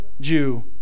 Jew